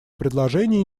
предложения